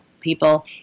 people